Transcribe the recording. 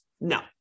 No